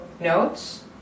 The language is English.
notes